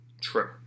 True